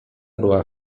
była